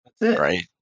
right